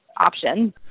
option